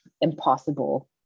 impossible